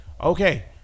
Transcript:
Okay